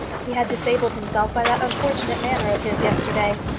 he had disabled himself by that unfortunate manner of his yesterday.